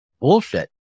bullshit